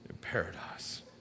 paradise